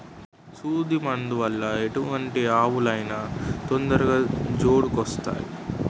సూదు మందు వల్ల ఎలాంటి ఆవులు అయినా తొందరగా జోడుకొత్తాయి